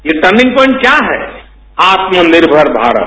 ये turning point क्याक है आत्मननिर्भर भारत